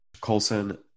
Colson